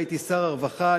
הייתי שר הרווחה,